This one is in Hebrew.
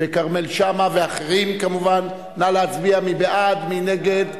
האוכלוסייה לסיגריות ולסייע במאבק בנזקי העישון,